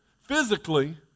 physically